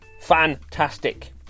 Fantastic